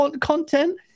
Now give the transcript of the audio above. content